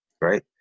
right